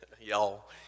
Y'all